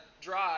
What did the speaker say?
drive